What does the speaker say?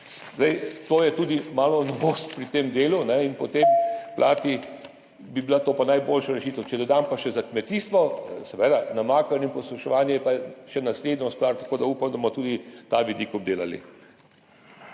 skupaj. To je tudi malo novost pri tem delu in po tej plati bi bila to najboljša rešitev. Če dodam pa še za kmetijstvo, seveda namakanje in izsuševanje sta še naslednji stvari, tako da upam, da bomo tudi ta vidik obdelali.